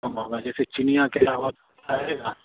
कम होगा जैसे चिनिया केला बहुत